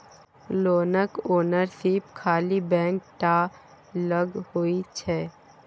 लोनक ओनरशिप खाली बैंके टा लग होइ छै